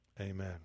Amen